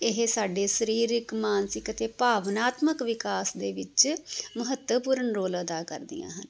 ਇਹ ਸਾਡੇ ਸਰੀਰਕ ਮਾਨਸਿਕ ਅਤੇ ਭਾਵਨਾਤਮਕ ਵਿਕਾਸ ਦੇ ਵਿੱਚ ਮਹੱਤਵਪੂਰਨ ਰੋਲ ਅਦਾ ਕਰਦੀਆਂ ਹਨ